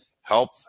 help